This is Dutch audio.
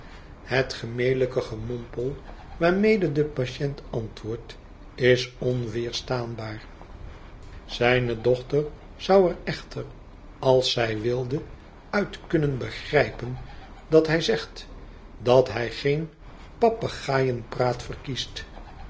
het gemelijke gemompel waarmede de patiënt antwoordt is onweerstaanbaar zijne dochter zou er echter als zij wilde uit kunnen begrijpen dat hij zegt tdat hij geen papegaaienpraat verkiest